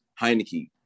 Heineke